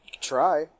Try